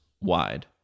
wide